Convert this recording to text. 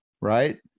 Right